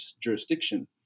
jurisdiction